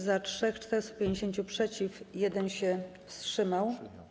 Za - 3, 450 - przeciw, 1 się wstrzymał.